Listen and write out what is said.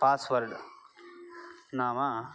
password नाम